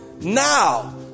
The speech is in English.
now